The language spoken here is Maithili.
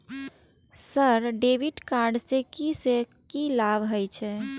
सर डेबिट कार्ड से की से की लाभ हे छे?